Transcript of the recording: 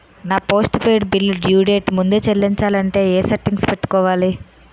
నా post paid bill due date ముందే చెల్లించాలంటే ఎ సెట్టింగ్స్ పెట్టుకోవాలి?